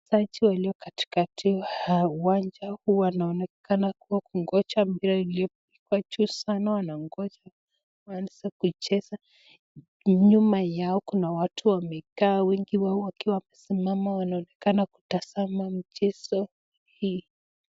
Wachezaji walio katikati wa uwanja huu wanaonekana kuwa kungoja mpira iliyopigwa juu sana na wanangoja kuanza kuicheza. Nyuma yao kuna watu wamekaa wengi wao wakiwa wamesimama wanaonekana kutazama mchezo hii.